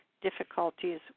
difficulties